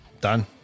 Done